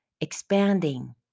expanding